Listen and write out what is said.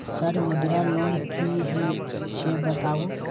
Sir Mudra loan की हे छे बताबू?